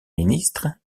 ministre